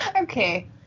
Okay